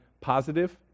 positive